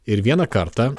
ir vieną kartą